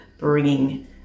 bringing